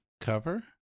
cover